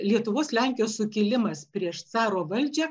lietuvos lenkijos sukilimas prieš caro valdžią